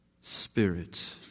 Spirit